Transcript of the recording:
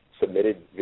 submitted